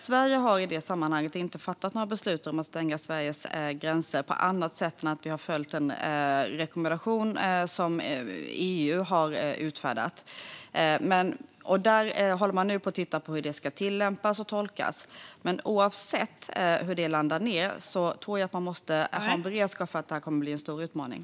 Sverige har i det sammanhanget inte fattat några beslut om att stänga Sveriges gränser på annat sätt än att vi har följt en rekommendation som EU har utfärdat. Man håller nu på att titta på hur detta ska tillämpas och tolkas. Men oavsett hur det landar tror jag att man måste ha en beredskap för att det kommer att bli en stor utmaning.